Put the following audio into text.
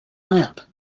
lamp